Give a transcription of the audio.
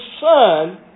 Son